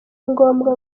ngombwa